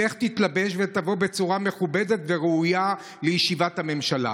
לך תתלבש ותבוא בצורה מכובדת וראויה לישיבת הממשלה.